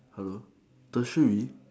hello tertiary